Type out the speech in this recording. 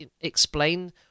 explain